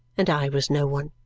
and i was no one.